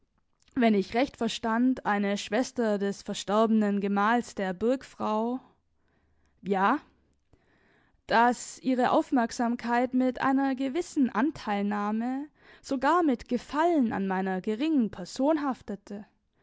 wenn ich recht verstand eine schwester des verstorbenen gemahls der burgfrau ja daß ihre aufmerksamkeit mit einer gewissen anteilnahme sogar mit gefallen an meiner geringen person haftete